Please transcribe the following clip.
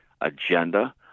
agenda